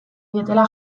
dietela